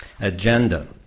agenda